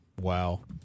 Wow